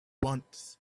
once